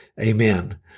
amen